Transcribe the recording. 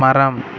மரம்